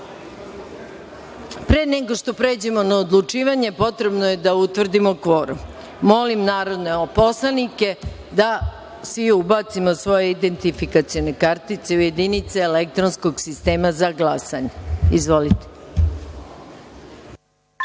rad. Pre nego što pređemo na odlučivanje, potrebno je da utvrdimo kvorum. Molim narodne poslanike da svi ubacimo svoje identifikacione kartice u poslaničke jedinice elektronskog sistema za glasanje. Konstatujem